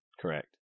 Correct